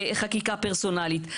חקיקה פרסונלית.